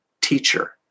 teacher